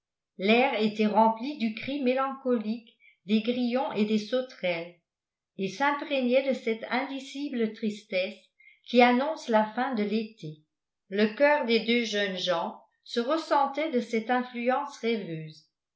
l'air était rempli du cri mélancolique des grillons et des sauterelles et s'imprégnait de cette indicible tristesse qui annonce la fin de l'été le cœur des deux jeunes gens se ressentait de cette influence rêveuse